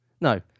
No